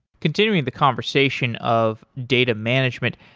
continuing the conversation of data management,